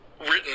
written